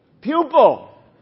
Pupil